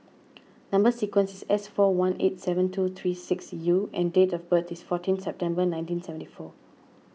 Number Sequence is S four one eight seven two three six U and date of birth is fourteen September nineteen seventy four